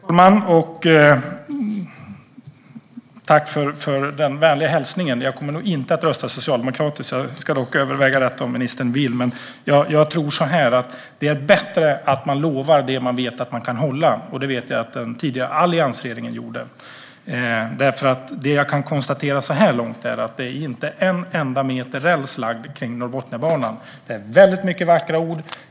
Herr talman! Tack för den vänliga hälsningen. Jag kommer nog inte att rösta socialdemokratiskt. Jag ska dock överväga detta om ministern vill. Det är bättre att lova det man vet att man kan hålla. Det vet jag att den tidigare alliansregeringen gjorde. Jag kan konstatera så här långt att inte en enda meter räls är lagd av Norrbotniabanan. Det är många vackra ord.